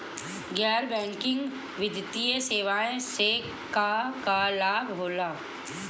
गैर बैंकिंग वित्तीय सेवाएं से का का लाभ होला?